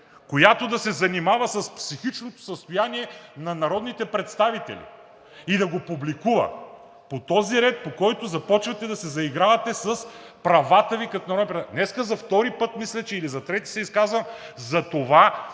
която да се занимава с психичното състояние на народните представители и да го публикува – по този ред, по който започвате да се заигравате с правата Ви като народни представители. Днес за втори път, мисля, или за трети се изказвам за това, че